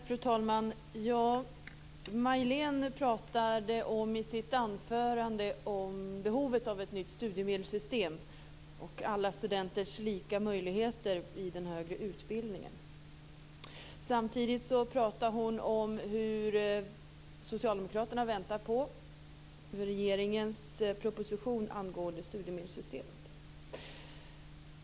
Fru talman! Majléne Westerlund Panke pratade i sitt anförande om behovet av ett nytt studiemedelssystem och alla studenters lika möjligheter i den högre utbildningen. Samtidigt pratade hon om hur socialdemokraterna väntar på regeringens proposition angående studiemedelssystemet.